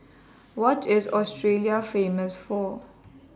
What IS Australia Famous For